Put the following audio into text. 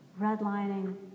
redlining